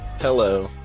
Hello